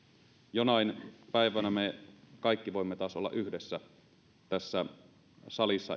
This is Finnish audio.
jonain päivänä me kaikki voimme taas olla yhdessä tässä salissa